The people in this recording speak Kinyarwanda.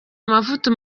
amavuta